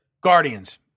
Guardians